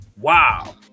wow